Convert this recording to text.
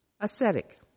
ascetic